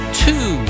two